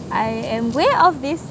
I am way off this